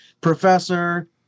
professor